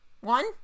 One